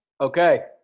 Okay